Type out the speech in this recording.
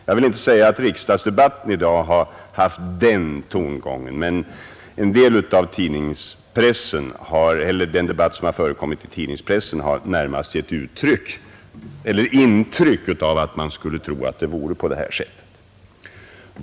Jag vill inte säga att riksdagsdebatten i dag har haft den tongången, men en del av den debatt som har förekommit i tidningspressen har närmast givit intryck av att man skulle tro att det är på detta sätt.